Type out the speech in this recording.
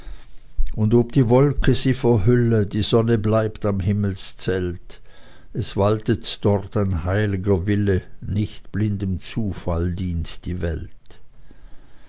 und ob die wolke sie verhülle die sonne bleibt am himmelszelt es waltet dort ein heil'ger wille nicht blindem zufall dient die welt